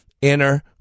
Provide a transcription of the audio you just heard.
Inner